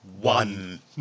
One